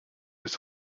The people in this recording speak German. ist